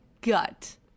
gut